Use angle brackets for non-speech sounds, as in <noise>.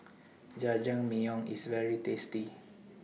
<noise> <noise> Jajangmyeon IS very tasty